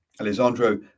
Alessandro